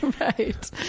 Right